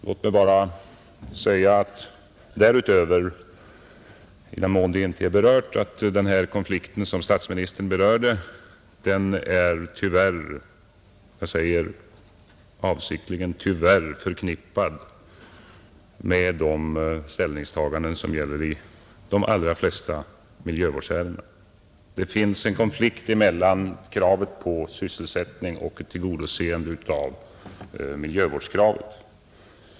Låt mig bara därutöver säga, i den mån det inte är berört, att den konflikt som statsministern berörde tyvärr — jag säger avsiktligen tyvärr — är förknippad med de ställningstaganden som gäller i de allra flesta miljövårdsärenden. Det finns en konflikt mellan kravet på sysselsättning och ett tillgodoseende av miljövårdskravet.